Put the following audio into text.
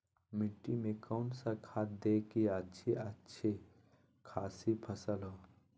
मिट्टी में कौन सा खाद दे की अच्छी अच्छी खासी फसल हो?